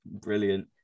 Brilliant